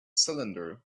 cylinder